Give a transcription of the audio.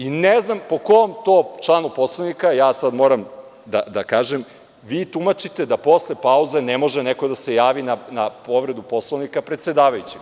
I, ne znam po kom to članu Poslovnika, ja sad moram da kažem, vi tumačite da posle pauze ne može neko da se javi na povredu Poslovnika predsedavajućeg?